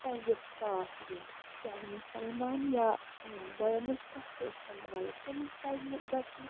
پَزیٛک ساتھ دیٛن چاہے مُسلمان یا ہنٛد دۄیو منٛز کانٛہہ تہِ ٲسۍ تن غلط تٔمِس پَزِ نہٕ گژھہِ نہٕ